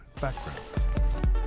Background